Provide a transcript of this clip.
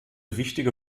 wichtige